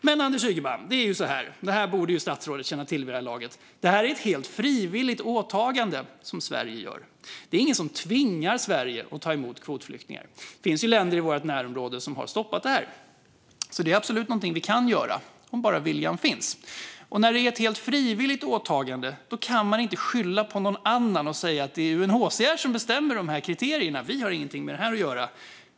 Men, Anders Ygeman, detta borde statsrådet känna till vid det här laget: Det är ett helt frivilligt åtagande som Sverige gör. Det är ingen som tvingar Sverige att ta emot kvotflyktingar. Det finns länder i vårt närområde som har stoppat detta. Det är absolut någonting vi kan göra om bara viljan finns. När det är ett helt frivilligt åtagande kan man inte skylla på någon annan och säga: Det är UNHCR som bestämmer kriterierna. Vi har ingenting med det här att göra.